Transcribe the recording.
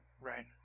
Right